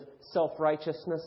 self-righteousness